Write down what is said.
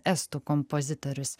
estų kompozitorius